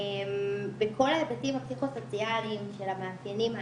בכל ההיבטים הפסיכוסוציאליים של המאפיינים האלה.